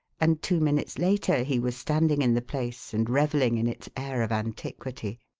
and two minutes later he was standing in the place and revelling in its air of antiquity.